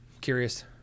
curious